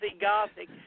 Gothic